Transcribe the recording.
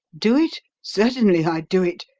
do it? certainly, i'd do it!